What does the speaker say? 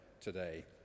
today